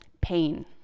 pain